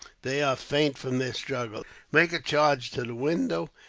they are faint from the struggles. make a charge to the window.